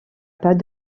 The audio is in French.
pas